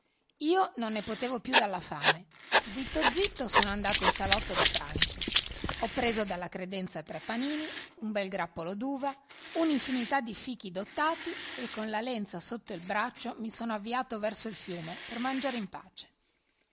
io non ne potevo più dalla fame zitto zitto sono andato in salotto da pranzo ho preso dalla credenza tre panini un bel grappolo d'uva un'infinità di fichi dottati e con la lenza sotto il braccio mi sono avviato verso il fiume per mangiare in pace